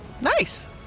Nice